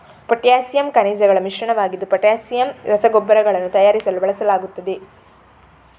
potassium ಖನಿಜಗಳ ಮಿಶ್ರಣವಾಗಿದ್ದು potassium ರಸಗೊಬ್ಬರಗಳನ್ನು ತಯಾರಿಸಲು ಬಳಸಲಾಗುತ್ತದೆ